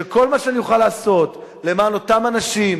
שכל מה שאני אוכל לעשות למען אותם אנשים,